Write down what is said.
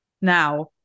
Now